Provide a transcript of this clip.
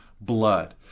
blood